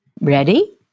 Ready